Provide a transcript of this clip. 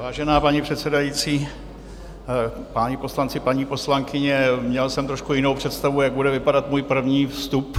Vážená paní předsedající, páni poslanci, paní poslankyně, měl jsem trošku jinou představu, jak bude vypadat můj první vstup.